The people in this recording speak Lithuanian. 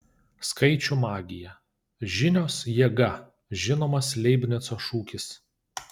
skaičių magija žinios jėga žinomas leibnico šūkis